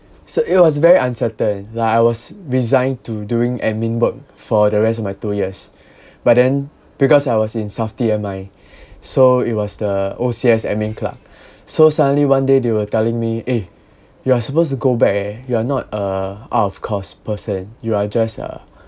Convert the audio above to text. so it was very uncertain like I was resigned to doing admin work for the rest of my two years but then because I was in SAFTI M_I so it was the O_C_S admin clerk so suddenly one day they were telling me eh you are supposed to go back eh you are not uh out of course person you are just a